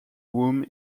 whom